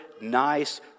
nice